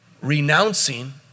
renouncing